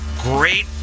great